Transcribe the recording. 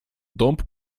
dąb